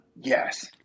Yes